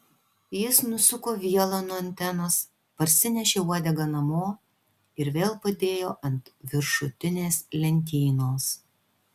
jis nusuko vielą nuo antenos parsinešė uodegą namo ir vėl padėjo ant viršutinės lentynos